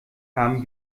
haben